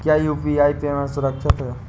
क्या UPI payment सुरक्षित है?